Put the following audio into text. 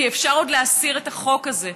כי אפשר עוד להסיר את החוק הזה,